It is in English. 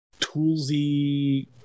toolsy